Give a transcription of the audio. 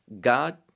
god